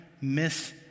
miss